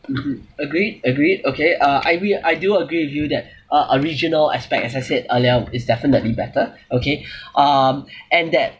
mmhmm agreed agreed okay uh I we I do agree with you that uh uh regional aspect as I said earlier is definitely better okay um and that